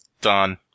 Done